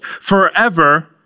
forever